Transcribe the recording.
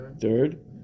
third